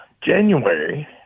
January